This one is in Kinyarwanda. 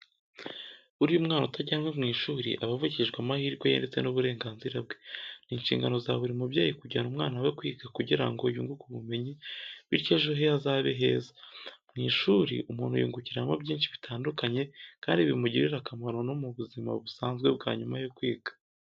Burya umwana utajyanwe mu ishuri aba avukijwe amahirwe ye ndetse n'uburenganzira bwe. Ni inshingano za buri mubyeyi kujyana amwana we kwiga kugira ngo yunguke ubumenyi, bityo ejo he hazabe heza, mu ishuri umuntu yungukiramo byinshi bitandukanye kandi bimugirira akamaro no mu buzima busanzwe bwa nyuma yo kwiga.